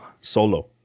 solo